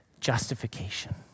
justification